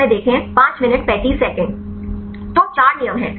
तो चार नियम हैं